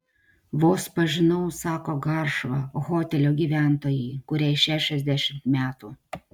vos pažinau sako garšva hotelio gyventojai kuriai šešiasdešimt metų